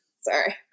Sorry